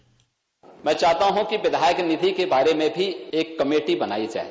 bite मैं चाहता हूं कि विधायक निधि के बारे में भी एक कमेटी बनाई जाये